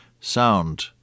sound